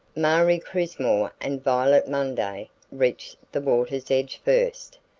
marie crismore and violet munday reached the water's edge first,